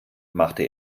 machte